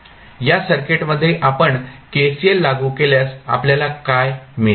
या सर्किटमध्ये आपण KCL लागू केल्यास आपल्याला काय मिळेल